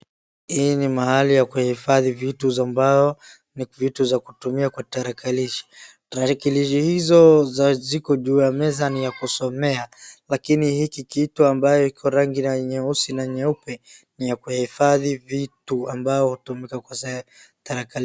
Hii ni mahali ya kuhifadhi vitu ambao ni vitu za kutumia kwa tarakilishi, tarakilishi hizo ziko juu ya meza ni ya kusomea lakini hiki kitu ambayo iko na rangi nyeusi na nyeupe ni ya kuhifadhi vitu ambayo hutumika kwa tarakilishi.